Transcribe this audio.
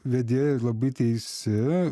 vedėja labai teisi